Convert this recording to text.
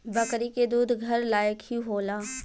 बकरी के दूध घर लायक ही होला